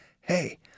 Hey